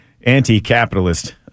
anti-capitalist